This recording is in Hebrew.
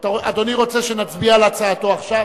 אדוני רוצה שנצביע על הצעתו עכשיו?